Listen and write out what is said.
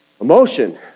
emotion